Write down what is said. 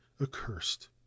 accursed